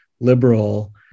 liberal